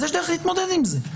יש דרך להתמודד עם זה.